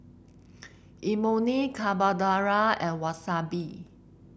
Imoni Carbonara and Wasabi